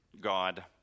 God